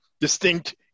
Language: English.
distinct